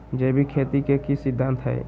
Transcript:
जैविक खेती के की सिद्धांत हैय?